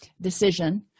decision